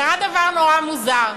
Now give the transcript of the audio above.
קרה דבר נורא מוזר.